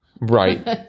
right